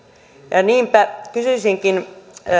niinpä kysyisinkin